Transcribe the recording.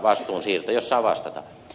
jos saan vastata